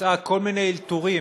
מצאה כל מיני אלתורים